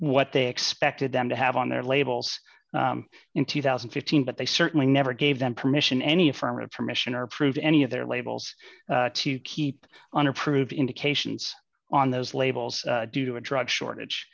what they expected them to have on their labels in two thousand and fifteen but they certainly never gave them permission any affirmative permission or prove any of their labels to keep on or prove indications on those labels due to a drug shortage